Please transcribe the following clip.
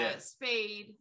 spade